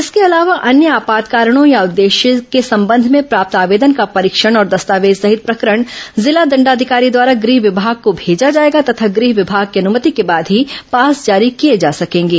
इसके अलावा अन्य आपात कारणों या उद्देश्य के संबंध में प्राप्त आवेदन का परीक्षण और दस्तावेज सहित प्रकरण जिला दंडाधिकारी द्वारा गृह विभाग को भेजा जाएगा तथा गृह विभाग की अनुमति के बाद ही पास जारी किए जा सकेंगे